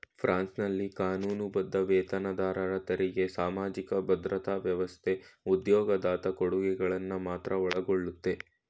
ಫ್ರಾನ್ಸ್ನಲ್ಲಿ ಕಾನೂನುಬದ್ಧ ವೇತನದಾರರ ತೆರಿಗೆ ಸಾಮಾಜಿಕ ಭದ್ರತಾ ವ್ಯವಸ್ಥೆ ಉದ್ಯೋಗದಾತ ಕೊಡುಗೆಗಳನ್ನ ಮಾತ್ರ ಒಳಗೊಳ್ಳುತ್ತೆ